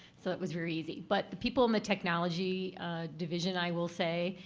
so it was very easy. but the people in the technology division, i will say,